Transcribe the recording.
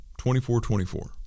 24-24